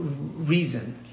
reason